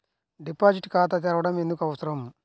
Deposit ఖాతా తెరవడం ఎందుకు అవసరం?